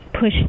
push